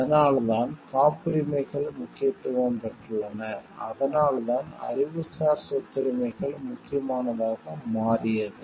அதனால்தான் காப்புரிமைகள் முக்கியத்துவம் பெற்றுள்ளன அதனால்தான் அறிவுசார் சொத்துரிமைகள் முக்கியமானதாக மாறியது